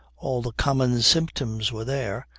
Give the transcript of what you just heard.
all the common symptoms were there,